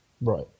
Right